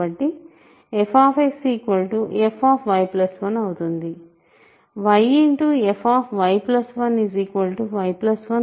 fy1 అవుతుంది